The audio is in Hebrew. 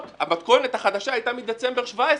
המתכונת החדשה של הבחינות הייתה מדצמבר 2017,